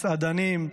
מסעדנים,